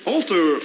Alter